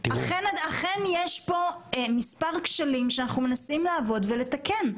אכן, יש פה מספר כשלים שאנחנו מנסים לתקן.